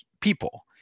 people